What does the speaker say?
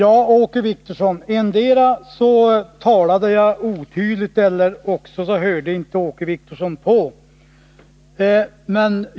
Herr talman! Endera talade jag otydligt eller också hörde inte Åke Wictorsson på.